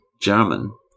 German